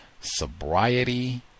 sobriety